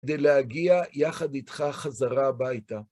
כדי להגיע יחד איתך חזרה הביתה.